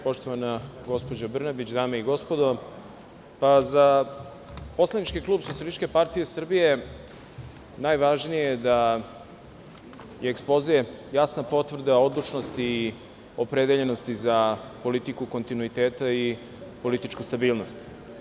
Poštovana gospođo Brnabić, dame i gospodo, pa za poslanički klub SPS najvažnije je da je ekspoze jasna potvrda odlučnosti i opredeljenosti za politiku kontinuiteta i političku stabilnost.